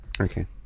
Okay